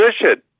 position